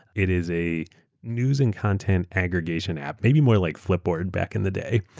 it is a news and content aggregation app. maybe more like flipboard back in the day.